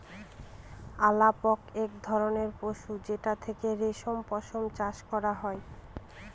আলাপক এক ধরনের পশু যেটার থেকে রেশম পশম চাষ করা হয়